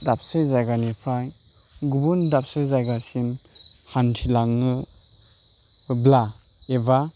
दाबसे जायगानिफ्राय गुबुन दाबसे जायगासिम हान्थिलाङोब्ला एबा